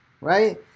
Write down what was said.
right